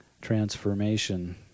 transformation